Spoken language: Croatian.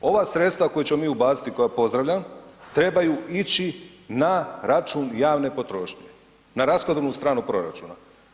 Ova sredstva koja ćemo mi ubaciti i koja pozdravljam, trebaju ići na račun javne potrošnje, na rashodovnu stranu proračuna.